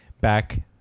back